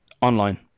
online